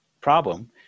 problem